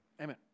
Amen